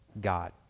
God